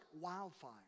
wildfire